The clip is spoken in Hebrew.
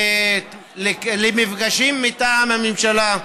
למפגשים מטעם הממשלה,